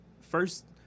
first